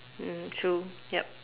mm true yup